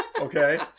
okay